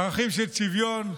ערכים של שוויון,